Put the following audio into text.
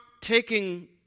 taking